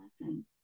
lesson